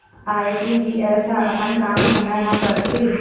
RTGS ह अपन काम समय मा करथे?